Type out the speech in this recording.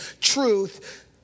truth